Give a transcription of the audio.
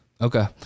Okay